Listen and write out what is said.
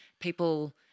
people